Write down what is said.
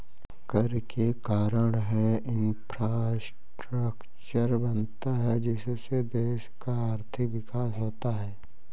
कर के कारण है इंफ्रास्ट्रक्चर बनता है जिससे देश का आर्थिक विकास होता है